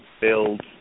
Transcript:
build